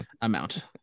amount